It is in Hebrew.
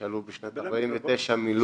שעלו בשנת 49' מלוב.